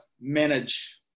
manage